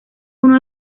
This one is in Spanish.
uno